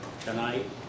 tonight